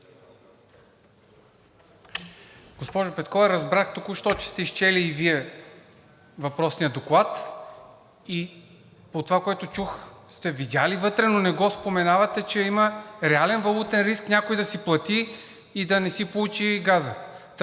Госпожо Петкова, разбрах току-що, че сте изчели и Вие въпросния доклад и по това, което чух, сте видели вътре, но не го споменавате, че има реален валутен риск някой да си плати и да не си получи газа.